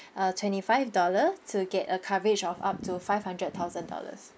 uh twenty five dollar to get a coverage of up to five hundred thousand dollars